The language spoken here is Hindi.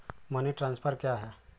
मनी ट्रांसफर क्या है?